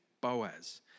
Boaz